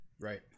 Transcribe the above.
Right